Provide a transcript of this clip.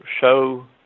show